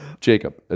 Jacob